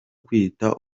kwita